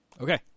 Okay